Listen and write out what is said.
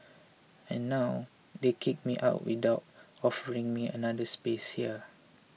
and now they kick me out without offering me another space here